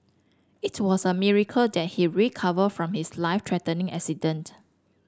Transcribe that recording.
it was a miracle that he recovered from his life threatening accident